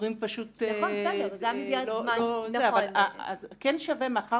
אז מאחר